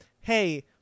hey